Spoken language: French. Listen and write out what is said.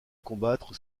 combattre